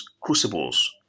crucibles